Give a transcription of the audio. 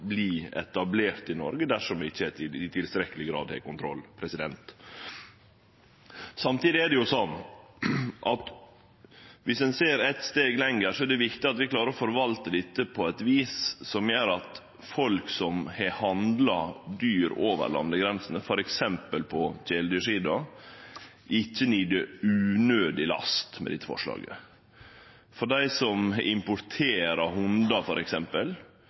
i Noreg dersom vi ikkje i tilstrekkeleg grad har kontroll. Samtidig er det jo slik at viss ein ser eit steg lenger framover, er det viktig at vi klarer å forvalte dette på eit vis som gjer at folk som har handla dyr over landegrensene, f.eks. på kjæledyrsida, ikkje lid unødig last med dette forslaget. For dei som importerer hundar